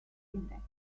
indexes